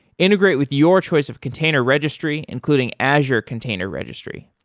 integrate with your choice of container registry, including azure container registry.